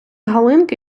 галинки